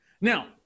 Now